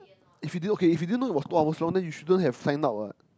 if you didn't okay if you didn't know it was two hours long then you shouldn't have signed up what